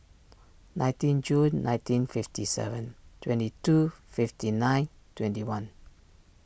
nineteen June nineteen fifty seven twenty two fifty nine twenty one